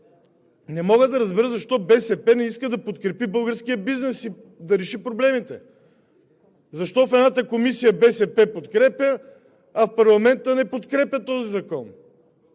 Не мога да разбера защо БСП не иска да подкрепи българския бизнес и да реши проблемите? Защо в едната комисия БСП подкрепя, а в парламента не подкрепя този закон?